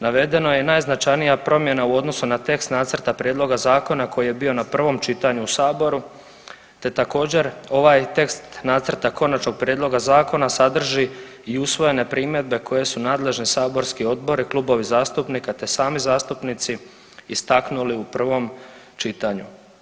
Navedena je najznačajnija promjena u odnosu na tekst nacrta prijedloga zakona koji je bio na prvom čitanju u saboru te također ovaj tekst nacrta konačnog prijedloga zakona sadrži i usvojene primjedbe koje su nadležni saborski odbori, klubovi zastupnika te sami zastupnici istaknuli u prvom čitanju.